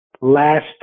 last